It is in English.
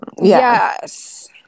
Yes